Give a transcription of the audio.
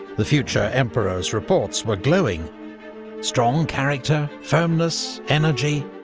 the future emperor's reports were glowing strong character, firmness, energy,